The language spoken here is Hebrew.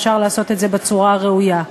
אפשר לעשות את זה בצורה הראויה.